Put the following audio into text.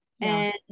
And-